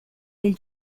del